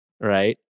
right